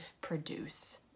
produce